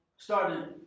Started